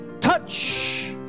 Touch